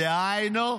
דהיינו,